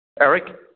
Eric